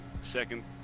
second